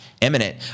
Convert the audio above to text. imminent